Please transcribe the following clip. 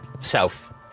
south